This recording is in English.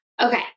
Okay